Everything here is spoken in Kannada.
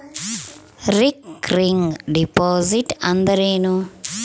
ರಿಕರಿಂಗ್ ಡಿಪಾಸಿಟ್ ಅಂದರೇನು?